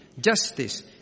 justice